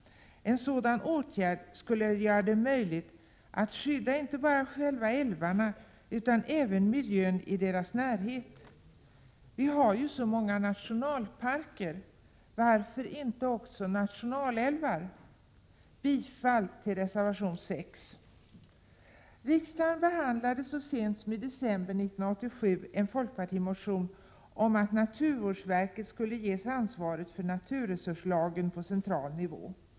En sådan åtgärd skulle göra det möjligt att skydda inte bara själva älvarna utan även miljön i deras närhet. Vi har ju så många nationalparker — varför inte också nationalälvar? Jag yrkar bifall till reservation 6. Riksdagen behandlade så sent som i december 1987 en folkpartimotion om att naturvårdsverket skulle ges ansvaret för naturresurslagen på central nivå.